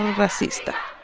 racista.